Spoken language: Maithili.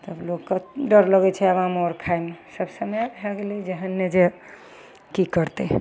तब लोकके डर लगै छै आम आओर खाइमे सब समय भै गेलै एहन नहि जे कि करतै